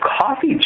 coffee